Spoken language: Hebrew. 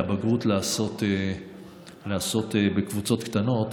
את הבגרות לעשות בקבוצות קטנות